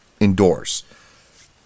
endorse